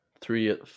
three